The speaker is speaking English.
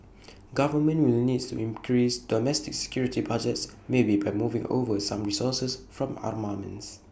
governments will need to increase domestic security budgets maybe by moving over some resources from armaments